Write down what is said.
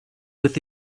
with